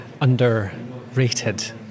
underrated